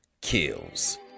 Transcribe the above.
kills